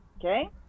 Okay